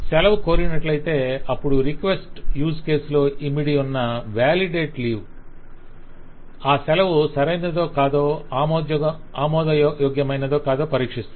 సెలవు కోరినట్లైతె అప్పుడు రిక్వెస్ట్ యూజ్ కేసు లో ఇమిడియున్న వెలిడేట్ లీవ్ ఆ సెలవు సరైనాదో కాదో ఆమోదయోగ్యమైనదో కాదో పరీక్షిస్తుంది